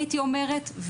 הייתי אומרת.